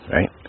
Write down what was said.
Right